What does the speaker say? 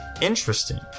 interesting